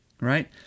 Right